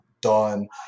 done